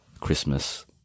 Christmas